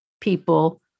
people